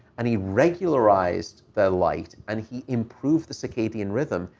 and he regularized their light. and he improved the circadian rhythm.